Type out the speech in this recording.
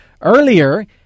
earlier